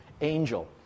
Angel